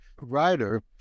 writer